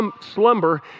slumber